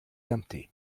empty